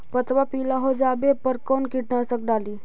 पतबा पिला हो जाबे पर कौन कीटनाशक डाली?